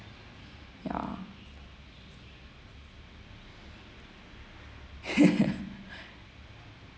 ya